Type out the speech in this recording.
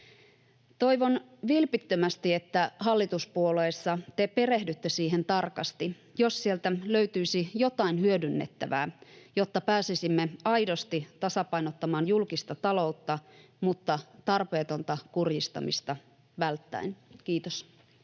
Toivon vilpittömästi, että hallituspuolueissa te perehdytte siihen tarkasti, jos sieltä löytyisi jotain hyödynnettävää, jotta pääsisimme aidosti tasapainottamaan julkista taloutta mutta tarpeetonta kurjistamista välttäen. — Kiitos.